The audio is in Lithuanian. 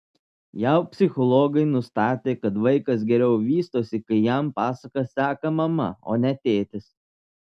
jav psichologai nustatė kad vaikas geriau vystosi kai jam pasakas seka mama o ne tėtis